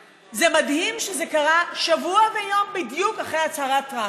מדהים שזה קרה שבוע ויום בדיוק אחרי הצהרת טראמפ.